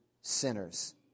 sinners